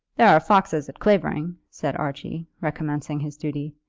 there are foxes at clavering, said archie, recommencing his duty.